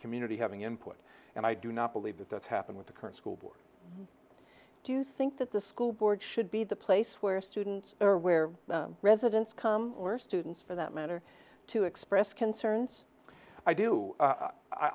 community having input and i do not believe that that's happened with the current school board do you think that the school board should be the place where students or where residents come or students for that matter to express concerns i do